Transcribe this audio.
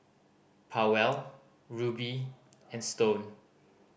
Powell Ruby and Stone